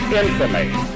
infamy